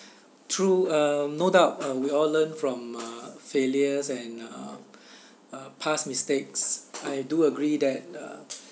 true uh no doubt are we all learn from failures and uh uh past mistakes I do agree that uh